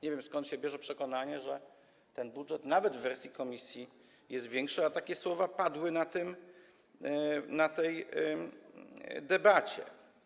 Nie wiem, skąd się bierze przekonanie, że ten budżet nawet w wersji Komisji jest większy, a takie słowa padły podczas tej debaty.